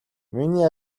миний